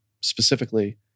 specifically